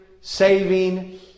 saving